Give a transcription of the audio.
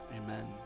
amen